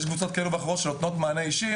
יש קבוצות כאלה ואחרות שנותנות מענה אישי,